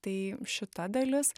tai šita dalis